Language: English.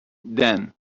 then